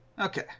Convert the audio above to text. Okay